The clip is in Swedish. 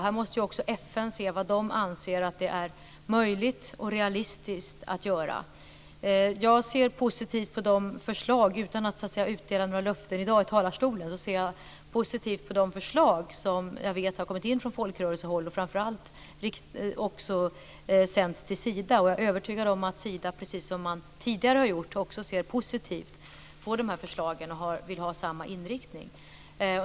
Här måste också FN se vad man anser är möjligt och realistiskt att göra. Utan att utdela några löften i talarstolen i dag ser jag positivt på de förslag som jag vet har kommit in från folkrörelsehåll och som framför allt har sänts till Sida. Jag är övertygad om att Sida, precis som man tidigare har gjort, ser positivt på de här förslagen och vill ha samma inriktning.